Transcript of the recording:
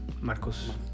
Marcos